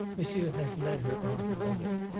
monsieur has led her on to love him.